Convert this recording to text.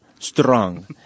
Strong